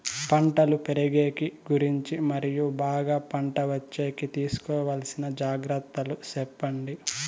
పంటలు పెరిగేకి గురించి మరియు బాగా పంట వచ్చేకి తీసుకోవాల్సిన జాగ్రత్త లు సెప్పండి?